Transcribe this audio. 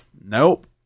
nope